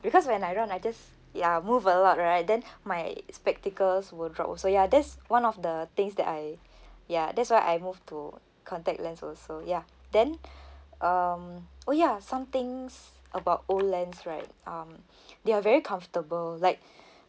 because when I run I just ya move a lot right then my spectacles will drop also ya that's one of the things that I ya that's why I move to contact lens also ya then um oh ya something's about Olens right um they are very comfortable like